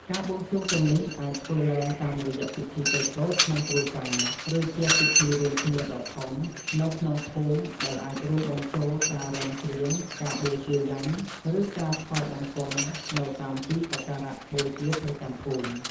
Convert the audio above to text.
ការបួងសួងទាំងនេះអាចធ្វើឡើងតាមរយៈពិធីតូចៗក្នុងគ្រួសារ ឬជាពិធីរួមគ្នាដ៏ធំនៅក្នុងភូមិដែលអាចរួមបញ្ចូលការរាំច្រៀង ការបូជាយញ្ញ ឬការថ្វាយបង្គំនៅតាមទីសក្ការៈបូជាប្រចាំភូមិ។